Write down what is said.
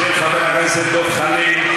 של חבר הכנסת דב חנין.